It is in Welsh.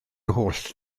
holl